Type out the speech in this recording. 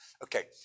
Okay